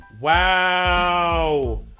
Wow